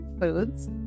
foods